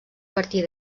partir